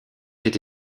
été